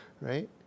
right